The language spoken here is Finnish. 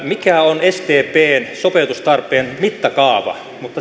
mikä on sdpn sopeutustarpeen mittakaava mutta